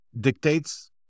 dictates